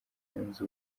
yunze